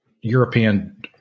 European